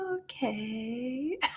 okay